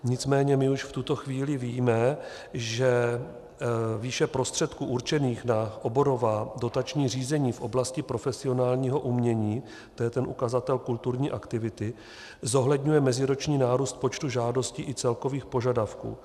Nicméně my už v tuto chvíli víme, že výše prostředků určených na oborová dotační řízení v oblasti profesionálního umění, to je ten ukazatel kulturní aktivity, zohledňuje meziroční nárůst počtu žádostí i celkových požadavků.